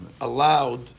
allowed